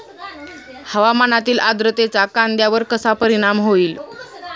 हवामानातील आर्द्रतेचा कांद्यावर कसा परिणाम होईल?